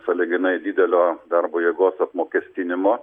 sąlyginai didelio darbo jėgos apmokestinimo